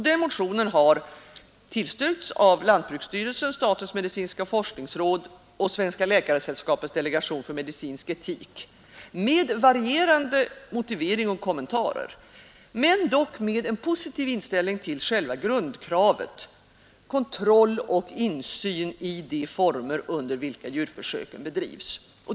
Denna motion har tillstyrkts av lantbruksstyrelsen, statens medicinska forskningsråd och Svenska läkaresällskapets delegation för medicinsk etik, med varierande motivering och kommentarer men dock med en positiv inställning till själva grundkravet: kontroll och insyn i de former under vilka djurförsöken bedrivs.